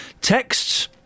texts